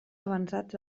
avançats